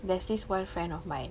there's this one friend of mine